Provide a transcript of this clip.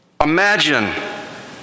Imagine